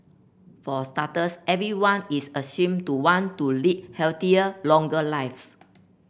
for starters everyone is assumed to want to lead healthier longer lives